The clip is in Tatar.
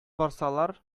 барсалар